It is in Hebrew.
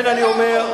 אני אציג עובדות.